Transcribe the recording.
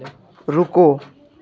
रुको